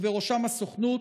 ובראשם הסוכנות,